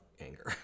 anger